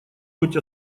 быть